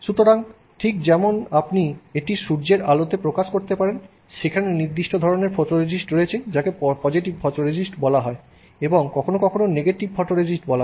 সুতরাং ঠিক যেমন আপনি এটি সূর্যের আলোতে প্রকাশ করতে পারেন এবং সেখানে নির্দিষ্ট ধরণের ফটোরেজিস্ট রয়েছে যাকে পজিটিভ ফটোরেজিস্ট বলা হয় এবং কখনও কখনও নেগেটিভ ফটোরেজিস্ট বলা হয়